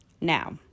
now